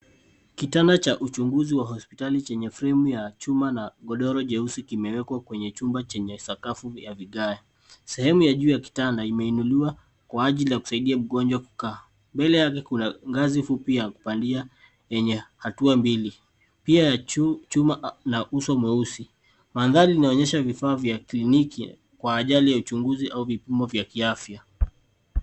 Kitanda cha uchunguzi wa hospitali chenye fremu ya chuma na godoro jeusi kimewekwa kwenye chumba chenye sakafu ya vigae. Sehemu ya juu ya kitanda imeinuliwa kwa ajili ya kusaidia mgonjwa kukaa. Mbele yake kuna ngazi fupi ya kupandia yenye hatua mbili, pia ya chuma na uso mweusi. Mandhari inaonyesha vifaa vya kliniki kwa ajali ya uchunguzi au vipimo vya kiafya.